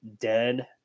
dead